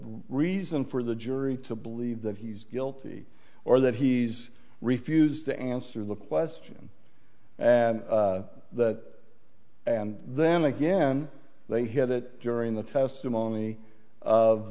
reason for the jury to believe that he's guilty or that he's refused to answer the question and that and then again they hear that during the testimony of